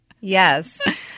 yes